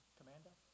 Commander